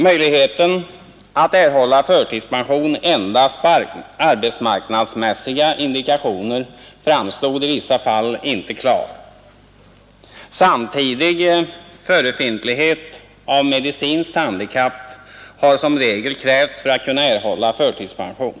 Möjligheten att erhålla förtidspension på endast arbetsmarknadsmässiga indikationer framstod i vissa fall inte klart. Samtidig förefintlighet av medicinskt handikapp har som regel krävts för att man skulle kunna erhålla förtidspension.